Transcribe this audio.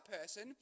person